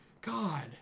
God